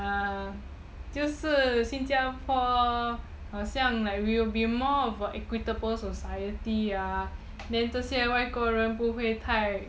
就是新加坡好像 like we will be more of an equitable society then 这些外国人不会太